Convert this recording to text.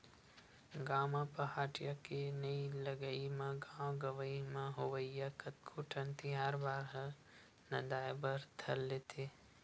गाँव म पहाटिया के नइ लगई म गाँव गंवई म होवइया कतको ठन तिहार बार ह नंदाय बर धर लेथे